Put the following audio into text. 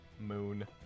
Moon